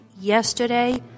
yesterday